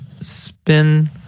spin